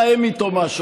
לך, לך לתאם איתו משהו.